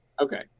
Okay